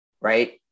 Right